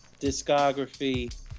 discography